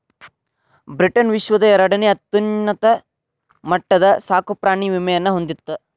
Britain ವಿಶ್ವದ ಎರಡನೇ ಅತ್ಯುನ್ನತ ಮಟ್ಟದ ಸಾಕುಪ್ರಾಣಿ ವಿಮೆಯನ್ನ ಹೊಂದಿತ್ತ